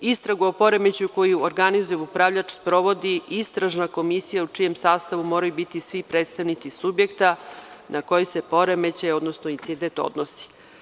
Istragu o poremećaju koju organizuje upravljač sprovodi istražna komisija u čijem sastavu moraju biti svi predstavnici subjekta na koji se poremećaj odnosno incident odnosi.